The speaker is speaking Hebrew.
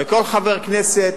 וכל חבר כנסת